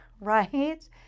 right